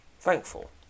thankful